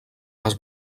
les